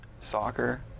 soccer